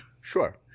Sure